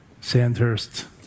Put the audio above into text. Sandhurst